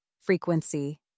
frequency